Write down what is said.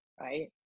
right